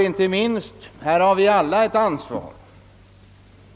Här har vi alla ett ansvar.